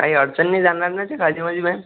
काही अडचण नाही जाणार ना त्या गाडीमध्ये मॅम